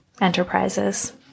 enterprises